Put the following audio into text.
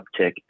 uptick